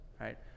Right